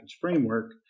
framework